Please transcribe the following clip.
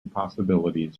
possibilities